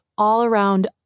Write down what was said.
all-around